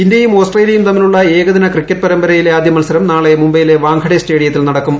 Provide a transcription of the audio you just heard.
ഇന്ത്യയും ഓസ്ട്രേലിയയും തമ്മിലുള്ള ഏകദിന ക്രിക്കറ്റ് പരമ്പരയിലെ ആദ്യ മത്സരം നാളെ മുംബൈയിലെ വാങ്കഡെ സ്റ്റേഡിയത്തിൽ നടക്കും